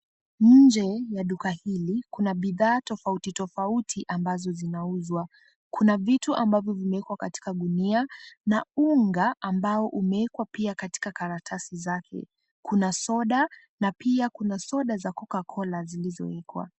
Nje ya duka hili kuna bidhaa tofautitofauti ambazo zinauzwa. Kuna vitu ambavyo vimewekwa katika gunia na unga ambao umeekwa pia katika karatasi zake. Kuna soda na pia kuna soda za Coca-Cola zilizoekwa.